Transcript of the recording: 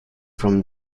from